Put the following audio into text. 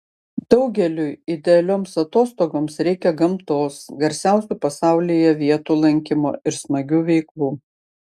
daugeliui idealioms atostogoms reikia gamtos garsiausių pasaulyje vietų lankymo ir smagių veiklų